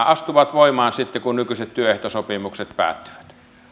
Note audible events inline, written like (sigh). (unintelligible) astuvat voimaan sitten kun nykyiset työehtosopimukset päättyvät